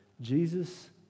jesus